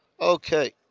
Okay